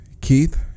Keith